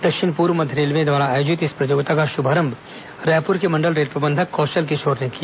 दक्षिण पूर्व मध्य रेलवे द्वारा आयोजित इस प्रतियोगिता का शुभारंभ रायपुर के मंडल रेल प्रबंधक कौशल किशोर ने किया